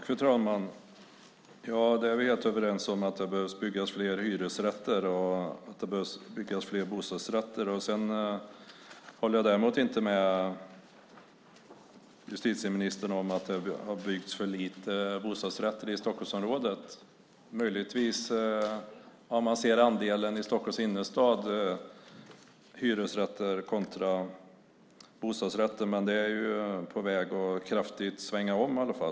Fru talman! Vi är helt överens om att det behöver byggas fler hyresrätter och att det behöver byggas fler bostadsrätter. Jag håller däremot inte med justitieministern om att det har byggts för lite bostadsrätter i Stockholmsområdet, möjligtvis om man i Stockholms innerstad ser andelen hyresrätter kontra bostadsrätter. Men det är på väg att kraftigt svänga om.